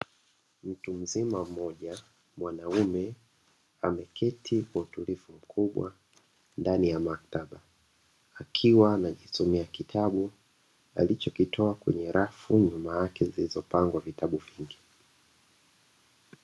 Mtu mzima mmoja mwanaume ameketi kwa utulivu mkubwa ndani ya maktaba, akiwa anajisomea kitabu alichokitoa kwenye rafu nyuma yake zilizopangwa vitabu vingi.